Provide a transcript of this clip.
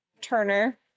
turner